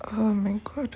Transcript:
oh my god